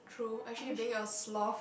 true actually being a sloth